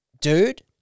dude